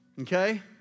Okay